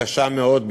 קשה מאוד,